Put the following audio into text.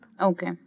Okay